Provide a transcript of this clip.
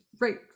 right